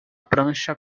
prancha